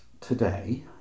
today